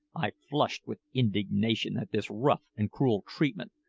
i flushed with indignation at this rough and cruel treatment,